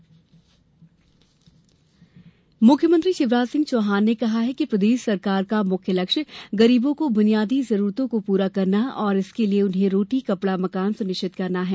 शिवराज बयान मुख्यमंत्री शिवराजसिंह चौहान ने कहा है कि प्रदेश सरकार का प्रमुख लक्ष्य गरीबों को बुनियादी जरूरतों को पूरा करना और इसके लिए उन्हे रोटी कपड़ा मकान सुनिश्चित करना है